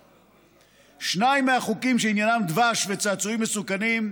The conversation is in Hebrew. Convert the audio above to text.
שניים מהחוקים, שעניינם דבש וצעצועים מסוכנים,